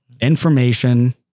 information